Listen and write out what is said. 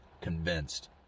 convinced